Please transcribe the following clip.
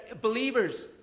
believers